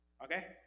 Okay